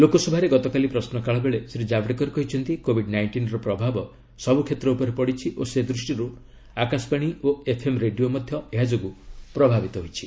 ଲୋକସଭାରେ ଗତକାଲି ପ୍ରଶ୍ନକାଳ ବେଳେ ଶ୍ରୀ ଜାବଡେକର କହିଛନ୍ତି କୋବିଡ୍ ନାଇଷ୍ଟିନ୍ର ପ୍ରଭାବ ସବୁ କ୍ଷେତ୍ର ଉପରେ ପଡ଼ିଛି ଓ ସେ ଦୂଷ୍ଟିରୁ ଆକାଶବାଣୀ ଓ ଏଫ୍ଏମ୍ ରେଡିଓ ମଧ୍ୟ ଏହା ଯୋଗୁଁ ପ୍ରଭାବିତ ହୋଇଛି